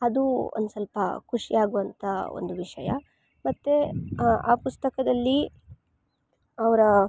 ಅದು ಒಂದ್ಸೊಲ್ಪ ಖುಷಿ ಆಗುವಂತ ಒಂದು ವಿಷಯ ಮತ್ತು ಆ ಪುಸ್ತಕದಲ್ಲಿ ಅವರ